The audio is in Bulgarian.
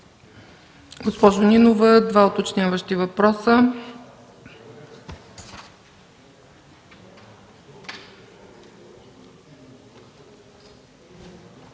Госпожо Нинова – два уточняващи въпроса.